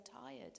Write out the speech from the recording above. tired